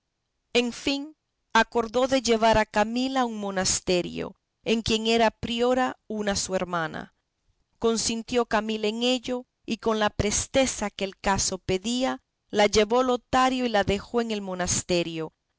en fin acordó de llevar a camila a un monesterio en quien era priora una su hermana consintió camila en ello y con la presteza que el caso pedía la llevó lotario y la dejó en el monesterio